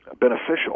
beneficial